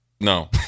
no